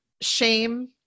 shame